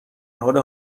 حال